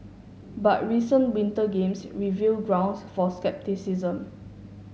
but recent Winter Games reveal grounds for scepticism